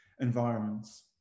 environments